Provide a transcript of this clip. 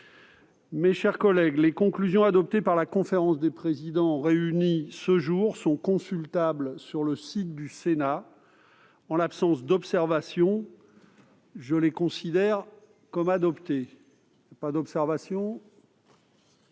Mes chers collègues, les conclusions adoptées par la conférence des présidents réunie ce jour sont consultables sur le site du Sénat. En l'absence d'observations, je les considère comme adoptées.- Questions